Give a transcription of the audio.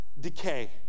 decay